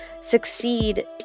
succeed